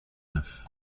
neuf